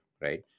right